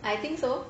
I think so